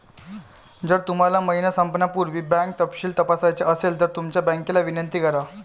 जर तुम्हाला महिना संपण्यापूर्वी बँक तपशील तपासायचा असेल तर तुमच्या बँकेला विनंती करा